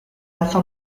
alza